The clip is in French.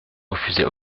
refusait